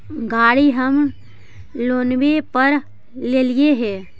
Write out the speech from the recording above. गाड़ी हम लोनवे पर लेलिऐ हे?